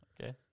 Okay